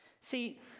See